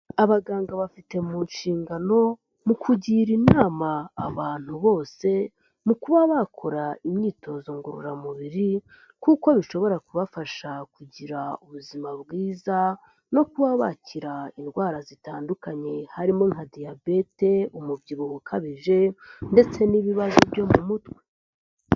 Abaganga bafite mu nshingano mu kugira inama abantu bose mu kuba bakora imyitozo ngororamubiri kuko bishobora kubafasha kugira ubuzima bwiza no kuba bakira indwara zitandukanye harimo nka diyabete, umubyibuho ukabije ndetse n'ibibazo byo mu mutwe.